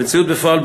המציאות בפועל,